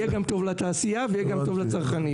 יהיה גם טוב לתעשייה וגם טוב לצרכנים.